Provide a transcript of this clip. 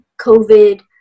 COVID